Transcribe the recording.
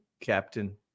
Captain